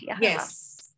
Yes